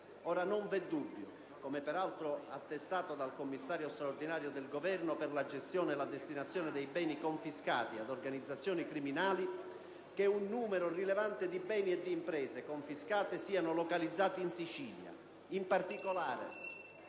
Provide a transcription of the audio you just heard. Ora, non v'è dubbio - come peraltro attestato dal Commissario straordinario del Governo per la gestione e la destinazione dei beni confiscati ad organizzazioni criminali - che un numero rilevante di questi beni e imprese sia localizzato in Sicilia: in particolare,